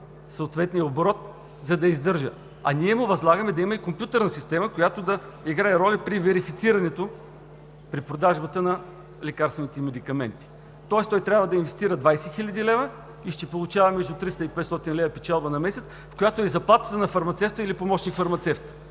съответния оборот, за да се издържа, а ние му възлагаме да има и компютърна система, която да играе роля при верифицирането, при продажбата на лекарствените медикаменти, тоест тя трябва да инвестира 20 хил. лв. и ще получава между 300 и 500 лв. печалба на месец, в която е заплатата на фармацевта или помощник-фармацевта.